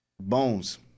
Bones